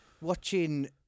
watching